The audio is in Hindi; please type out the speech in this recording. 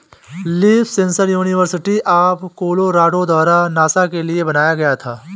leaf sensor university of Colorado द्वारा नासा के लिए बनाया गया था